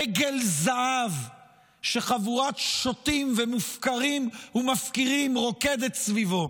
עגל זהב שחבורת שוטים ומופקרים ומפקירים רוקדת סביבו,